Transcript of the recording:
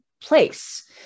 place